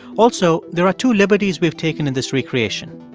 also, there are two liberties we've taken in this recreation.